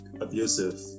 abusive